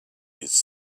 his